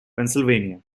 pennsylvania